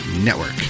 Network